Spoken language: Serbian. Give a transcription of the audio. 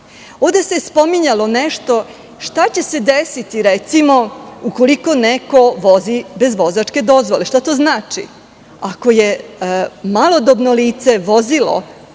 se spominjalo – šta će se desiti, recimo, ukoliko neko vozi bez vozačke dozvole? Šta to znači? Ako je malodobno lice vozilo